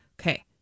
okay